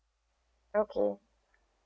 okay